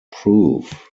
proof